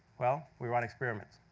well, we run experiments.